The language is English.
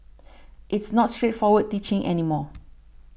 it's not straightforward teaching any more